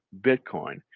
Bitcoin